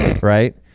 Right